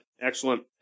Excellent